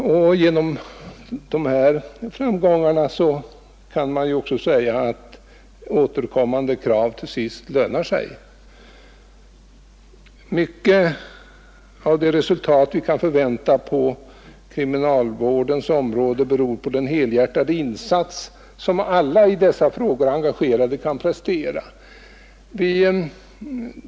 Mot bakgrund av dessa framgångar kan man säga att återkommande krav till sist lönar sig. Mycket av de resultat vi kan förvänta på kriminalvårdens område beror på den helhjärtade insats som alla i dessa frågor engagerade kan prestera.